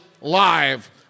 Live